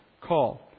call